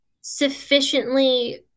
sufficiently